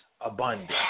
abundant